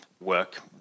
work